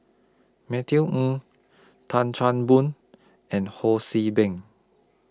Matthew Ng Tan Chan Boon and Ho See Beng